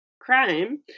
crime